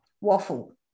waffle